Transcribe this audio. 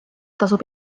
tasub